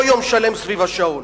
לא יום שלם סביב השעון.